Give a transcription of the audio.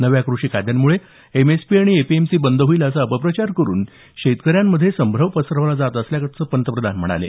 नव्या कृषी कायद्यांमुळे एमएसपी आणि एपीएमसी बंद होईल असा अपप्रचार करून शेतकऱ्यांमध्ये संभ्रम पसरवला जात असल्याचं पंतप्रधान म्हणाले